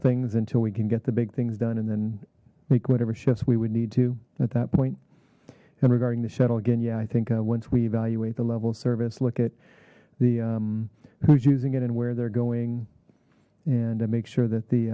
things until we can get the big things done and then make whatever shifts we would need to at that point and regarding the shuttle again yeah i think once we evaluate the level service look at the who's using it and where they're going and make sure that